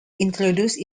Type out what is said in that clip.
introduced